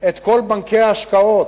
את כל הבנקים להשקעות,